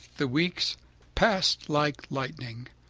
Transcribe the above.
the weeks passed like lightning.